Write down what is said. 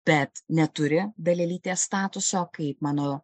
bet neturi dalelytės statuso kaip mano